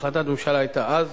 החלטת הממשלה היתה אז,